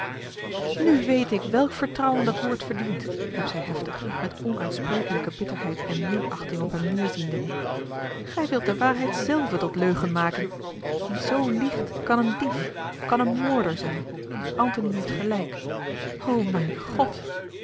nu weet ik welk vertrouwen dat woord verdient riep zij heftig met onuitsprekelijke bitterheid en minachting op hem neêrziende gij wilt de waarheid zelve tot leugen maken wie zoo liegt kan een dief kan een moorder zijn antony heeft gelijk o mijn god